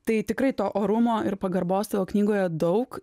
tai tikrai to orumo ir pagarbos savo knygoje daug